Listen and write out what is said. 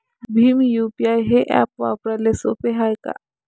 Bhim UPI हे app वापराले सोपे हाय का?